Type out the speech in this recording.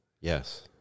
yes